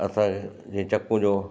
असांजे चक्कूं जो